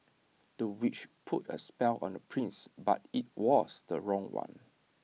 the witch put A spell on the prince but IT was the wrong one